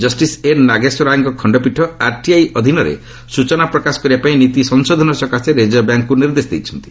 justice N Nageswara ରାୟଙ୍କ ଖଣ୍ଡପୀଠ RTI ଅଧୀନରେ ସ୍ନଚନା ପ୍ରକାଶ କରିବାପାଇଁ ନୀତି ସଂଶୋଧନ ସକାଶେ ରିଜର୍ଭ ବ୍ୟାଙ୍କ୍କୁ ନିର୍ଦ୍ଦେଶ ଦେଇଛନ୍ତି